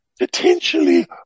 potentially